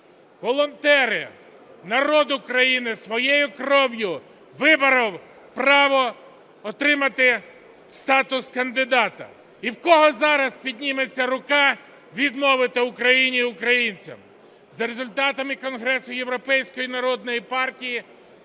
волонтери, народ України своєю кров'ю виборов право отримати статус кандидата. І у кого зараз підніметься рука відмовити Україні і українцям? За результатами Конгресу Європейської народної партії